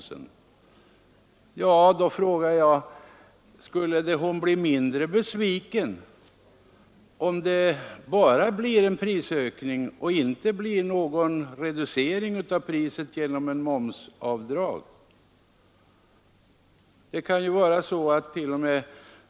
Jag vill då fråga: Skulle vederbörande bli mindre besvikna om det bara blir en prisökning, som inte reduceras genom avdrag för momssänkningen?